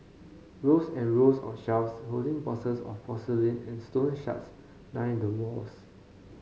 rows and rows of shelves holding boxes of porcelain and stone shards line the walls